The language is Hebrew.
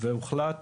והוחלט